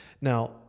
Now